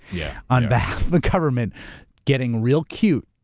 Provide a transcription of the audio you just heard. yeah. on behalf the government getting real cute.